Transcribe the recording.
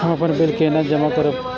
हम अपन बिल केना जमा करब?